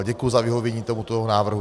Děkuji za vyhovění tomuto návrhu.